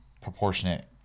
proportionate